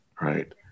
right